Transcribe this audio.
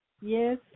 Yes